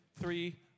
three